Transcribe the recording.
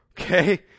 Okay